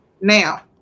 now